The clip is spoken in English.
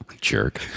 jerk